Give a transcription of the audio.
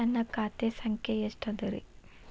ನನ್ನ ಖಾತೆ ಸಂಖ್ಯೆ ಎಷ್ಟ ಅದರಿ?